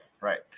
Right